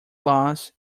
loss